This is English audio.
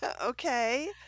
Okay